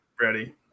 ready